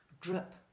drip